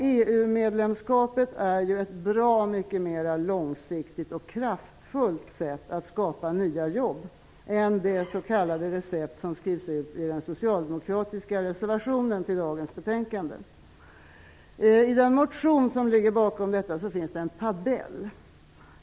EU-medlemskapet är ett bra mer långsiktigt och kraftfullt sätt att skapa nya jobb än det s.k. recept som skrivs ut i den socialdemokratiska reservationen till dagens betänkande. I den motion som ligger bakom denna reservation finns det en tabell.